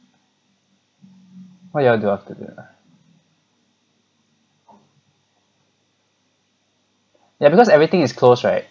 what you all do after dinner because everything is closed right